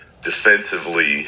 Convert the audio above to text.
defensively